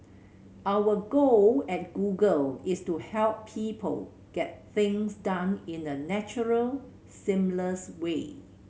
our goal at Google is to help people get things done in a natural seamless way